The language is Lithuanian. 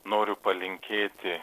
noriu palinkėti